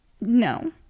no